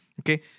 Okay